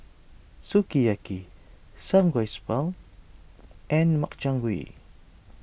Sukiyaki Samgyeopsal and Makchang Gui